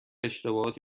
اشتباهات